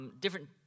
different